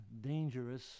dangerous